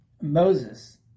Moses